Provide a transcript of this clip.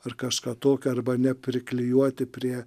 ar kažką tokio arba nepriklijuoti prie